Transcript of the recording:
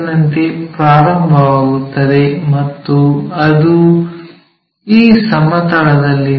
ನಂತೆ ಪ್ರಾರಂಭವಾಗುತ್ತದೆ ಮತ್ತು ಅದು ಈ ಸಮತಲದಲ್ಲಿದೆ